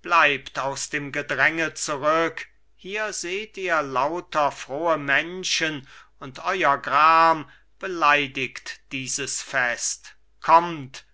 bleibt aus dem gedränge zurück hier seht ihr lauter frohe menschen und euer gram beleidigt dieses fest kommt